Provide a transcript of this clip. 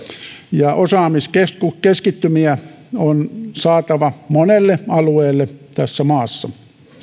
ja osaamiskeskittymiä on saatava monelle alueelle tässä maassa